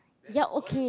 ya okay